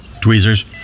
tweezers